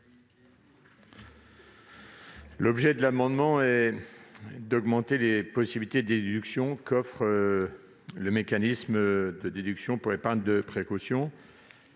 ? Cet amendement a pour objet d'augmenter les possibilités de déduction qu'offre le mécanisme de déduction pour épargne de précaution.